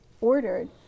ordered